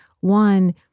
one